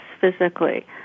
physically